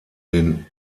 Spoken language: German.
den